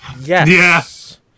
yes